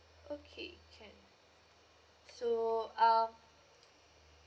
okay can so um